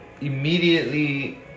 immediately